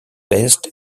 based